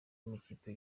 amakipe